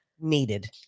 needed